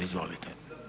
Izvolite.